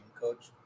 Coach